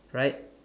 right